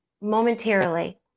momentarily